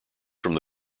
from